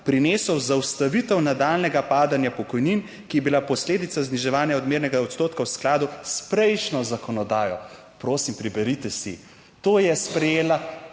prinesel zaustavitev nadaljnjega padanja pokojnin, ki je bila posledica zniževanja odmernega odstotka v skladu s prejšnjo zakonodajo, prosim preberite si to, je sprejela